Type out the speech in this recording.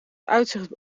uitzicht